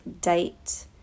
date